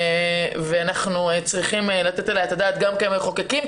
ואנחנו צריכים לתת עליה את הדעת גם כמחוקקים.